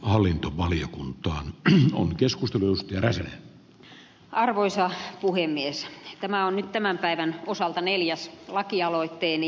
tämä on nyt tämän päivän osalta neljäs lakialoitteeni